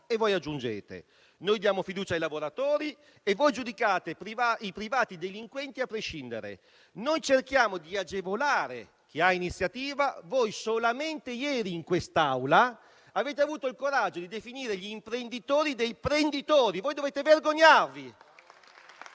e voi aggiungete; noi diamo fiducia ai lavoratori e voi giudicate i privati come delinquenti a prescindere; noi cerchiamo di agevolare chi ha iniziativa e voi solamente ieri in quest'Aula avete avuto il coraggio di definire gli imprenditori dei "prenditori". Dovete vergognarvi!